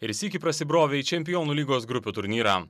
ir sykį prasibrovė į čempionų lygos grupių turnyrą